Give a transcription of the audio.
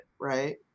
right